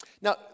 Now